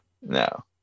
No